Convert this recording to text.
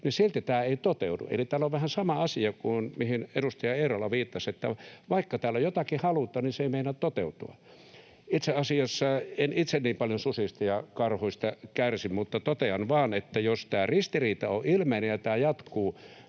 mutta silti tämä ei toteudu. Eli täällä on vähän sama asia kuin mihin edustaja Eerola viittasi, että vaikka täällä jotakin halutaan, niin se ei meinaa toteutua. Itse asiassa en itse niin paljon susista ja karhuista kärsi, mutta totean vaan, että jos tämä ristiriita on ilmeinen ja tämä jatkuu,